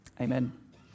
Amen